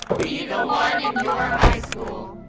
be the one in your high school.